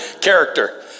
character